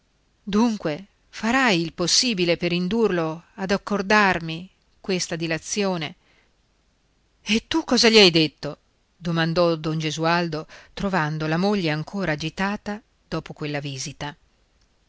dunque farai il possibile per indurlo ad accordarmi questa dilazione e tu cosa gli hai detto domandò don gesualdo trovando la moglie ancora agitata dopo quella visita